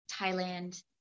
Thailand